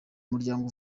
muryango